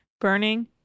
Burning